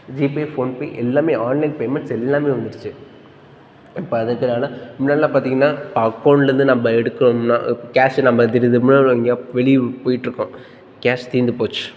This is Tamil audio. ஜிபே ஃபோன்பே எல்லாமே ஆன்லைன் பேமெண்ட்ஸ் எல்லாமே வந்துருச்சு இப்போ அது இருக்கறனால் முன்னாடியெல்லாம் பார்த்தீங்கன்னா இப்போ அக்கௌண்ட்டிலேருந்து நம்ம எடுக்கணும்னால் கேஷ் நம்ம திடுத்திப்புன்னு எங்கேயா வெளியூர் போய்கிட்ருக்கோம் கேஷ் தீர்ந்துப் போச்சு